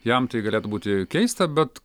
jam tai gali būti keista bet